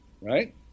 right